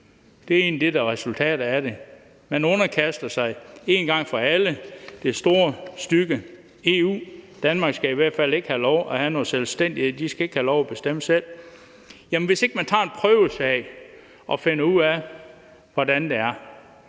Det er egentlig det, der er resultatet af det. Man underkaster sig én gang for alle det store stygge EU: Danmark skal i hvert fald ikke have lov at have nogen selvstændighed; de skal ikke have lov at bestemme selv. Men hvis ikke man tager en prøvesag og finder ud af, hvordan noget er,